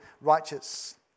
righteous